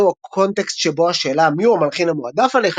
זהו קונטקסט שבו השאלה "מיהו המלחין המועדף עליך?"